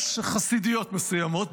יש חסידויות מסוימות,